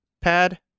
pad